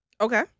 Okay